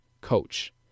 coach